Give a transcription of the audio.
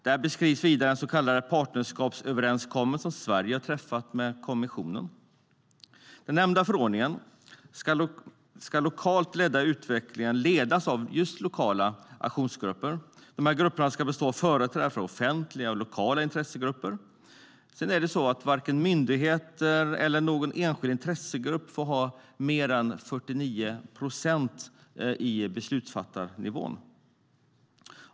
Detta beskrivs vidare i den så kallade partnerskapsöverenskommelsen som Sverige har träffat med kommissionen. Enligt den nämnda förordningen ska den lokala utvecklingen ledas av just lokala aktionsgrupper. Dessa grupper ska bestå av företrädare för offentliga och lokala intressegrupper. Varken myndigheter eller någon enskild intressegrupp får ha mer än 49 procent av rösterna på beslutsfattandenivån.